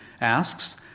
asks